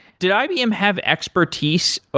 did ibm have expertise, ah